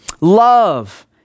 love